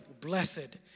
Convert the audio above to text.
blessed